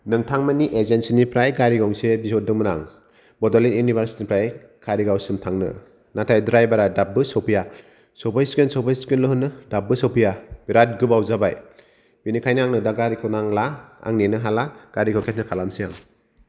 नोंथांमोननि एजेन्सि निफ्राय गारि गंसे बिहदोंमोन आं बडलेण्ड इउनिभारचिथि निफ्राय कारिगावसिम थांनो नाथाय ड्राइभारा दाबो सैफैया सौफैसिगोन सौफैसिन ल होनो दाबो सौफैया बेराद गोबाव जाबाय बिनिखायनो आं नो दा गारिखौ नांला आं नेनो हाला गारिखौ केनसेल खालामो आं